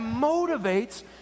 motivates